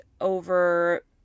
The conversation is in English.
over